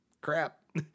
Crap